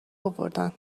آوردن